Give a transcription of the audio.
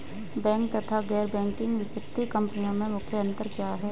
Bank तथा गैर banking वित्तीय कंपनियों में मुख्य अंतर क्या है?